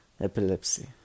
epilepsy